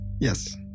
Yes